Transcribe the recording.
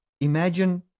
imagine